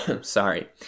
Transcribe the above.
sorry